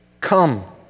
Come